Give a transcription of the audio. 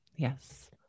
Yes